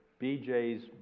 BJ's